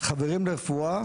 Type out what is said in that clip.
"חברים לרפואה"